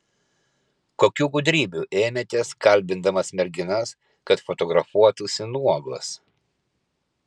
kokių gudrybių ėmėtės kalbindamas merginas kad fotografuotųsi nuogos